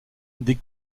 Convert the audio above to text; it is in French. des